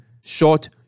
short